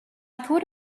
thought